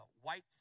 white